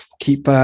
keep